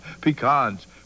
Pecans